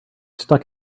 stuck